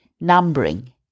numbering